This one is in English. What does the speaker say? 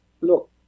look